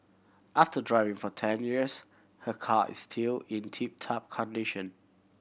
after driving for ten years her car is still in tip top condition